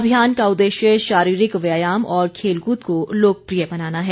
अभियान का उद्देश्य शारीरिक व्यायाम और खेलकूद को लोकप्रिय बनाना है